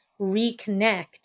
reconnect